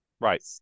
right